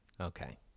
Okay